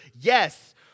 yes